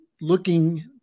looking